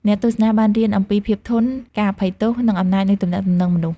អ្នកទស្សនាបានរៀនអំពីភាពធន់ ការអភ័យទោស និងអំណាចនៃទំនាក់ទំនងមនុស្ស។